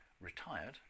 retired